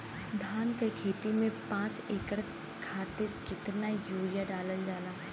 धान क खेती में पांच एकड़ खातिर कितना यूरिया डालल जाला?